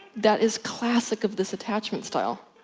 that is classic of this attachment style.